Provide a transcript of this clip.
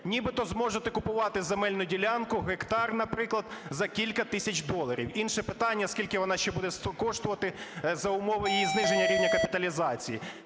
нібито зможете купувати земельну ділянку (гектар, наприклад) за кілька тисяч доларів. Інше питання – скільки вона ще буде коштувати за умови її зниження рівня капіталізації.